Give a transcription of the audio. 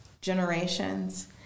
generations